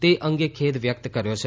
તે અંગે ખેદ વ્યક્ત કર્યો છે